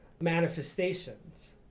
manifestations